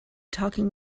talking